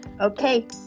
Okay